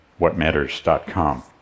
whatmatters.com